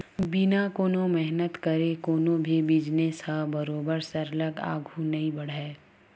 बिना कोनो मेहनत करे कोनो भी बिजनेस ह बरोबर सरलग आघु नइ बड़हय